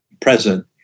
present